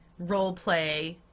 roleplay